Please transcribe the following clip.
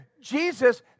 Jesus